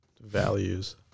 values